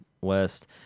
West